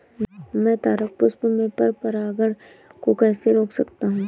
मैं तारक पुष्प में पर परागण को कैसे रोक सकता हूँ?